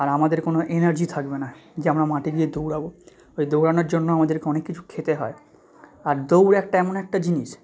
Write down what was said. আর আমাদের কোনো এনার্জি থাকবে না যে আমরা মাঠে গিয়ে দৌড়াবো ওই দৌড়ানোর জন্য আমাদেরকে অনেক কিছু খেতে হয় আর দৌড় একটা এমন একটা জিনিস